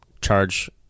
charge